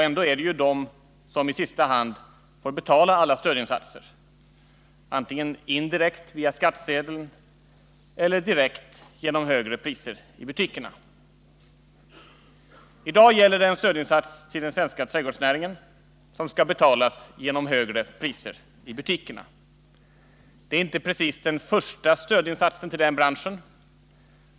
Ändå är det konsumenterna som i sista hand får betala alla stödinsatser, antingen indirekt via skattsedeln eller direkt genom högre priser i butikerna. I dag gäller det en stödinsats till den svenska trädgårdsnäringen som skall betalas genom högre priser i butikerna. Det är inte precis den första stödinsatsen till den branschen.